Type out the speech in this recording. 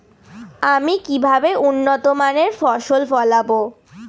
আমি কিভাবে উন্নত মানের ফসল ফলাবো?